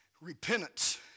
repentance